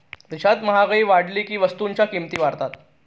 देशात महागाई वाढली की वस्तूंच्या किमती वाढतात